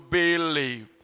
believe